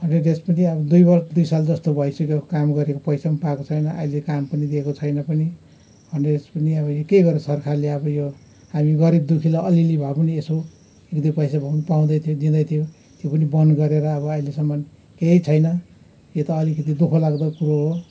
hundred days पनि अब दुई बर् दुई साल जस्तो भइसक्यो काम गरेको पैसा पनि पाएको छैन अहिले काम पनि दिएको छैन पनि हन्ड्रेड डेज पनि अब के गऱ्यो सरकारले अब यो हामी गरीब दुखीलाई अलिलि भा पनि एसो एक दुई पैसा भए पनि पाउँदैथ्यो दिँदैथ्यो त्यो पनि बन्द गरेर अब अहिलेसम्म केही छैन यो त अलिकति दुःखोलाग्दो कुरो हो